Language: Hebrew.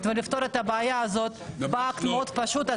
ולפתור את הבעיה הזאת באקט מאוד פשוט.